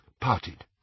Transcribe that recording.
parted